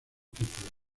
título